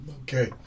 Okay